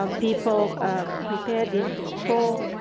um people ah. prepared these stroll